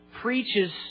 preaches